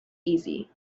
easy